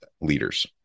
leaders